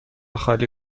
خالی